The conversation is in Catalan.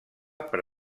per